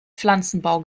pflanzenbau